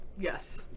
Yes